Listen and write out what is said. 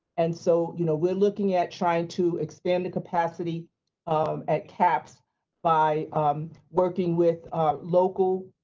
and so you know we're looking at trying to expand the capacity um at caps by working with local